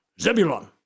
Zebulon